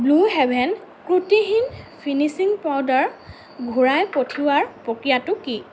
blue Heaven ত্ৰুটিহীন finishing powder ঘূৰাই পঠিওৱাৰ প্ৰক্ৰিয়াটো কি